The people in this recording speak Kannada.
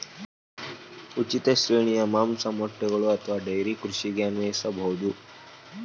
ಉಚಿತ ಶ್ರೇಣಿಯು ಮಾಂಸ, ಮೊಟ್ಟೆಗಳು ಅಥವಾ ಡೈರಿ ಕೃಷಿಗೆ ಅನ್ವಯಿಸಬಹುದು